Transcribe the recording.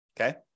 Okay